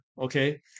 okay